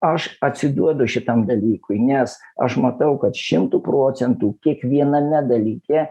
aš atsiduodu šitam dalykui nes aš matau kad šimtu procentų kiekviename dalyke